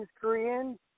Korean